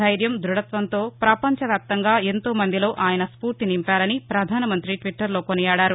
దైర్యం ధృధత్వంతో పపంచ వ్యాప్తంగా ఎంతో మందిలో ఆయన స్నూర్తి నింపారని ప్రధానమంతి ట్విట్టర్లో కొనియాడారు